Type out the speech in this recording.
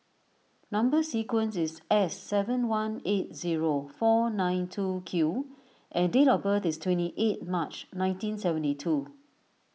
Number Sequence is S seven one eight zero four nine two Q and date of birth is twenty eight March nineteen seventy two